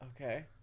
Okay